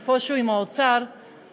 עם האוצר,